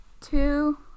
two